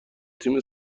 تیم